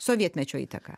sovietmečio įtaka